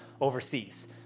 overseas